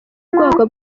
ubwoko